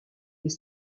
des